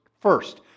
first